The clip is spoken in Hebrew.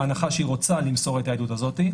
בהנחה שהיא רוצה למסור את העדות הזאת,